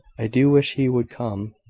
i do wish he would come,